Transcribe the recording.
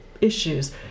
issues